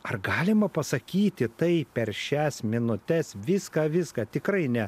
ar galima pasakyti tai per šias minutes viską viską tikrai ne